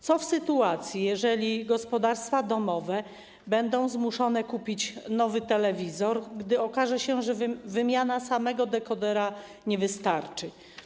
Co w sytuacji, jeżeli gospodarstwa domowe będą zmuszone kupić nowy telewizor, gdy okaże się, że wymiana samego dekodera nie wystarczy?